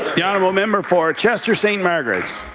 the honourable member for chester-st. margaret's.